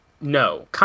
no